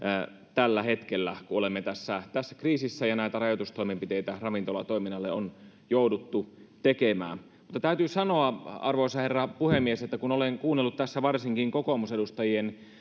tällä hetkellä kun olemme tässä tässä kriisissä ja näitä rajoitustoimenpiteitä ravintolatoiminnalle on jouduttu tekemään mutta täytyy sanoa arvoisa herra puhemies että kun olen kuunnellut tässä varsinkin kokoomusedustajien